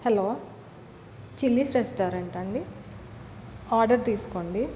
hello Chili's రెస్టారంటా అండి order తీసుకోం డి